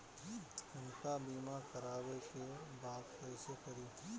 हमका बीमा करावे के बा कईसे करी?